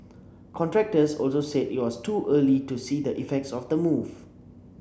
contractors also said it was too early to see the effects of the move